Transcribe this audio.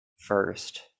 first